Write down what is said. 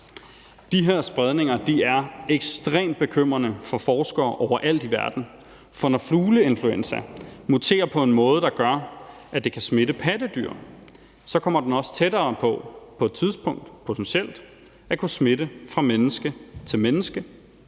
de her spredninger er ekstremt bekymrende for forskere overalt i verden. For når fugleinfluenzaen muterer på en måde, der gør, at den kan smitte pattedyr, så kommer det også tættere på, at den på et tidspunkt potentielt kan smitte fra menneske til menneske,